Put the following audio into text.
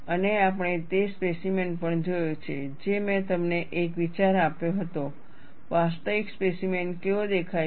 અને આપણે તે સ્પેસીમેન પણ જોયો છે જે મેં તમને એક વિચાર આપ્યો હતો વાસ્તવિક સ્પેસીમેન કેવો દેખાય છે